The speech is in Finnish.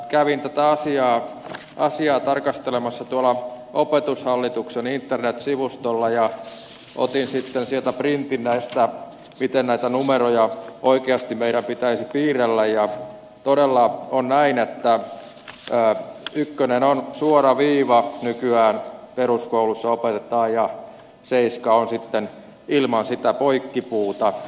kävin tätä asiaa tarkastelemassa tuolla opetushallituksen internetsivustolla ja otin sitten sieltä printin näistä miten näitä numeroita oikeasti meidän pitäisi piirrellä ja todella on näin että ykkönen on suora viiva nykyään näin peruskoulussa opetetaan ja seiska on sitten ilman sitä poikkipuuta